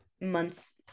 month's